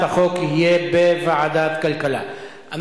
ובהנחה הזאת אנחנו